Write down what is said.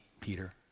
Peter